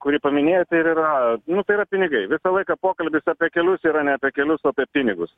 kurį paminėjai tai ir yra nu tai yra pinigai visą laiką pokalbis apie kelius yra ne apie kelius o apie pinigus